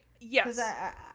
yes